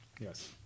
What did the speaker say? yes